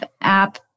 app